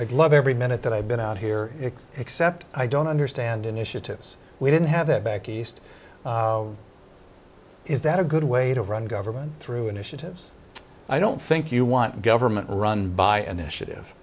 i'd love every minute that i've been out here except i don't understand initiatives we didn't have that back east is that a good way to run government through initiatives i don't think you want government run by initiative